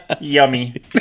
Yummy